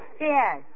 Yes